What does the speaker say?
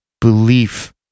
belief